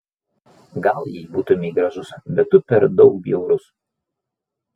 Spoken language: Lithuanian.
gal jei būtumei gražus bet tu per daug bjaurus